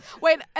wait